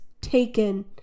taken